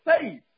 faith